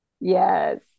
Yes